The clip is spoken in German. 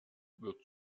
wird